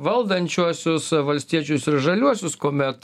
valdančiuosius valstiečius ir žaliuosius kuomet